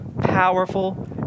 powerful